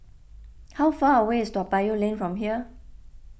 how far away is Toa Payoh Lane from here